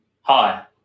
Hi